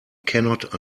cannot